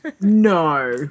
No